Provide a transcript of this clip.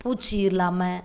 பூச்சி இல்லாமல்